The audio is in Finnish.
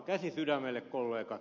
käsi sydämelle kollegat